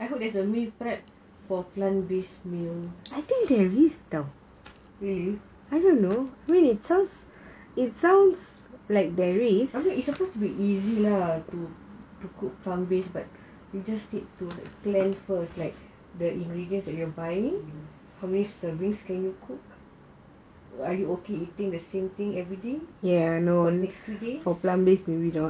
I hope there's a meal prep for plant based meal really I mean it's supposed be easy lah to to cook plant based but you just need to plan first like the ingredients that you are buying how many servings can you cook are you okay eating the same thing everyday for the next few days